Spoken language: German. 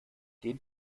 den